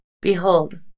Behold